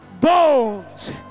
bones